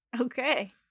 Okay